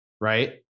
right